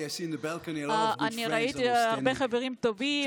אני רואה הרבה חברים טובים,